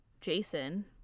Jason